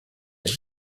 est